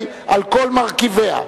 על כל מרכיביה.